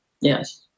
Yes